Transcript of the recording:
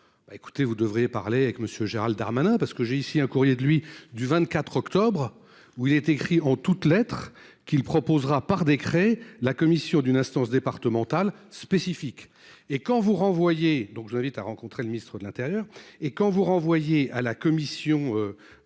écoutez vous devriez parler avec monsieur Gérald Darmanin parce que j'ai ici un courrier de lui du 24 octobre où il est écrit en toutes lettres qu'il proposera par décret. La commission d'une instance départementale spécifique et quand vous renvoyer donc je l'invite à rencontrer le ministre de l'Intérieur et quand vous renvoyer à la Commission.